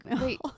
wait